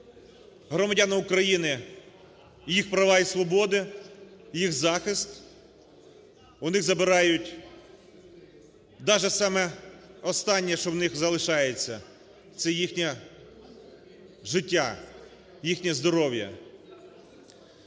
громадянам України їх права і свободи, їх захист, у них забирають даже саме останнє, що у них залишається, - це їхнє життя, їхнє здоров'я.